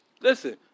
Listen